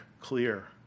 clear